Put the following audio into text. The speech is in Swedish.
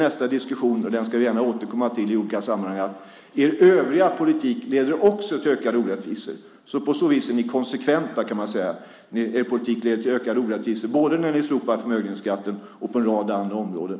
Nästa diskussion, och den ska jag gärna återkomma till i olika sammanhang, gäller er övriga politik, som också den leder till ökade orättvisor. Man kan säga att ni på så vis är konsekventa. Er politik leder till ökade orättvisor både på grund av att ni slopar förmögenhetsskatten och av en rad andra skäl.